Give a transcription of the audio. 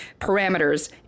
parameters